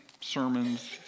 sermons